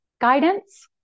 guidance